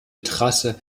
trasse